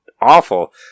awful